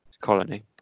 colony